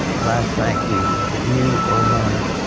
and i thank you that you are mine.